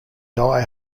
die